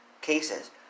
cases